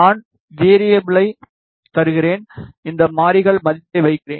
நான் வேரியிபிலை தருகிறேன் இந்த மாறிகள் மதிப்பை வைக்கிறேன்